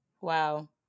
Wow